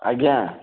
ଆଜ୍ଞା